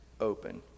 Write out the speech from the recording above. open